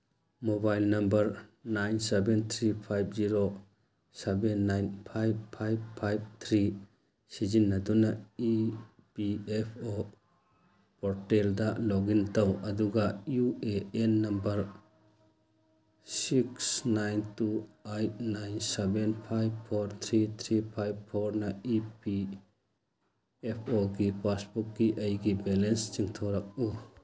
mobile number nine seven three five zero seven nine five five five three ꯁꯤꯖꯤꯟꯅꯗꯨꯅ E P F O ꯄꯣꯔꯇꯦꯜꯗ login ꯇꯧ ꯑꯗꯨꯒ U A N number six nine two eight nine seven five four three three five ꯐꯣꯔꯅ E P F ꯑꯣꯒꯤ ꯄꯥꯁꯕꯨꯛꯀꯤ ꯑꯩꯒꯤ balance ꯆꯤꯡꯊꯣꯔꯛꯎ